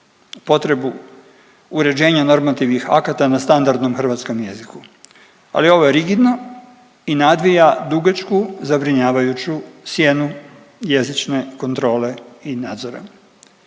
potrebu uređenja normativnih akata na standardnom hrvatskom jeziku, ali ovo je rigidno i nadvija dugačku zabrinjavajuću sjenu jezične kontrole i nadzora.